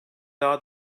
daha